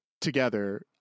together